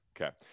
Okay